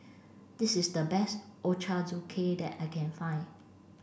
this is the best Ochazuke that I can find